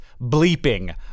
bleeping